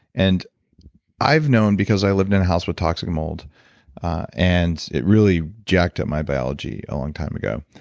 and i've known because i lived in a house with toxic mold and it really jacked up my biology a long time ago,